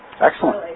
Excellent